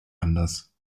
anders